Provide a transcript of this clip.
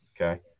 Okay